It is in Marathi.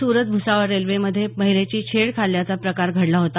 सुरत भुसावळ रेल्वेमध्ये महिलेची छेड काढल्याच्या प्रकार घडला होता